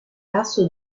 tasto